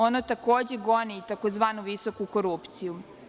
Ono takođe goni tzv. visoku korupciju.